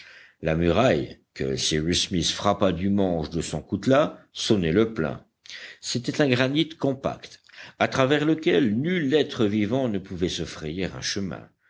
la muraille que cyrus smith frappa du manche de son coutelas sonnait le plein c'était un granit compact à travers lequel nul être vivant ne pouvait se frayer un chemin